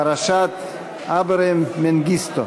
פרשת אברה מנגיסטו,